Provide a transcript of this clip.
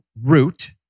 root